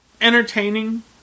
entertaining